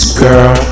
girl